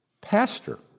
pastor